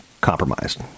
compromised